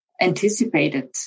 anticipated